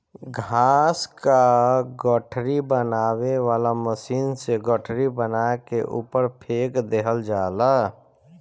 घास क गठरी बनावे वाला मशीन से गठरी बना के ऊपर फेंक देहल जाला